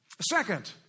Second